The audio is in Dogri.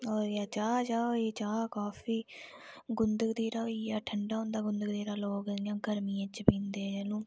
ओर केह् चाह् शाह् होई गेई चाह् काफी गूंद कतीरा होई गेआ ठंडा होंदा गूद कतीरा लोग इयां गर्मिये च पींदे न